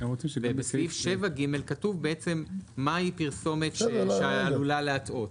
ובסעיף 7(ג) כתוב מהי פרסומת שעלולה להטעות.